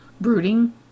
brooding